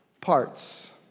parts